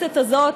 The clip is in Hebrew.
בכנסת הזאת,